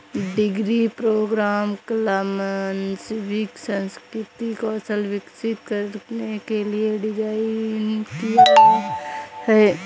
degree programme कला, मानविकी, सांस्कृतिक कौशल विकसित करने के लिए डिज़ाइन किया है